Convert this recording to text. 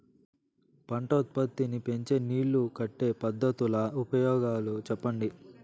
పంట ఉత్పత్తి నీ పెంచే నీళ్లు కట్టే పద్ధతుల ఉపయోగాలు చెప్పండి?